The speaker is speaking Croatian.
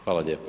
Hvala lijepa.